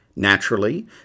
Naturally